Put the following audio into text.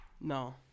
No